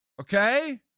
okay